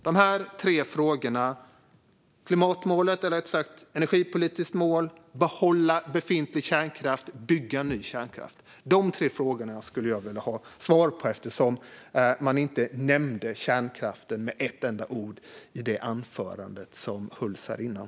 Dessa tre frågor - om energipolitiskt mål, om att behålla befintlig kärnkraft och om att bygga ny kärnkraft - skulle jag vilja ha svar på, eftersom kärnkraften inte nämndes med ett enda ord i anförandet som hölls här innan.